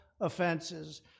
offenses